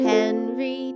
Henry